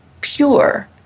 pure